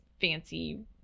fancy